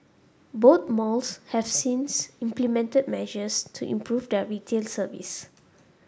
both malls have since implemented measures to improve their retail service